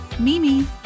Mimi